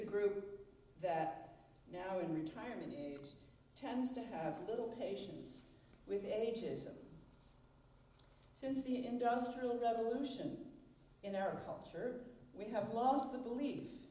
a group that now in retirement tends to have little patience with ages since the industrial revolution in our culture we have lost the belief